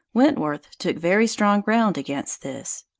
wentworth took very strong ground against this.